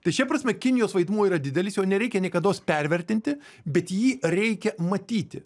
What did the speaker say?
tai šia prasme kinijos vaidmuo yra didelis jo nereikia niekados pervertinti bet jį reikia matyti